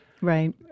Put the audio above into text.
Right